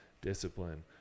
discipline